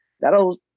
that'll